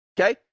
okay